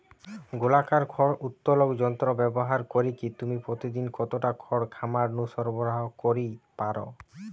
গোলাকার খড় উত্তোলক যন্ত্র ব্যবহার করিকি তুমি প্রতিদিন কতটা খড় খামার নু সরবরাহ করি পার?